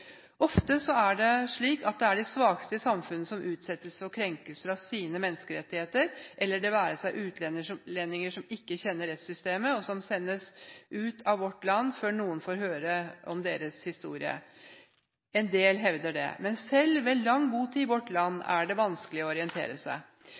Ofte er det de svakeste i samfunnet som utsettes for krenkelser av sine menneskerettigheter, eller det være seg utlendinger som ikke kjenner rettssystemet, og som sendes ut av vårt land før noen får høre om deres historie – en del hevder det. Selv ved lang botid i vårt land